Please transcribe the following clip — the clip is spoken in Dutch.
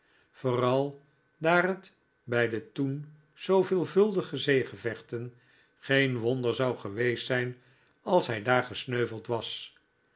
vooral daar het bij de toen zoo veelvuldige zeegevechten geen wonder zou geweest zijn als hij daar gesneuveld was